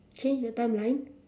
change the timeline